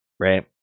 right